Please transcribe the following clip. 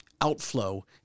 outflow